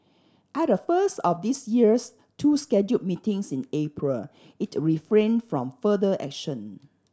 at the first of this year's two scheduled meetings in April it refrained from further action